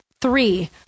three